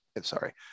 Sorry